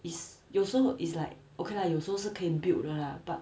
is you also it's like okay lah 有时候是可以 build 的 lah but